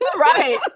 Right